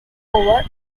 over